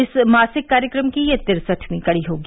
इस मासिक कार्यक्रम की यह तिरसठवीं कडी होगी